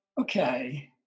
okay